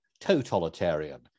totalitarian